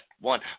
one